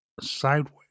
sideways